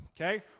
okay